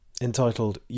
entitled